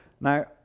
now